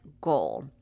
goal